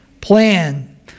plan